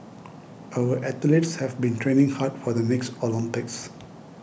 our athletes have been training hard for the next Olympics